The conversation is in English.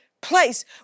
place